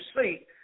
see